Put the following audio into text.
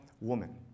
woman